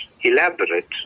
elaborate